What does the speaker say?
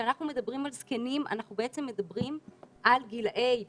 כשאנחנו מדברים על זקנים אנחנו בעצם מדברים על גילאי פנסיה,